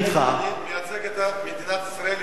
אני מייצג את מדינת ישראל ועם ישראל,